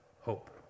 hope